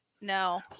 No